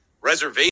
Reservation